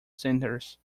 centers